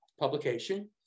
publication